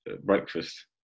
breakfast